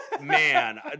man